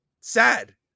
sad